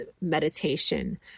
meditation